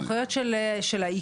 סמכויות של האיכון,